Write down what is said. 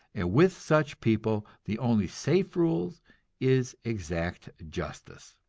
and with such people the only safe rule is exact justice.